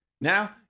Now